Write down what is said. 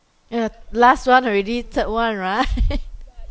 yeah last one already third one right